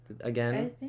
Again